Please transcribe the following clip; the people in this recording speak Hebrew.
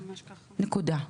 נקודה.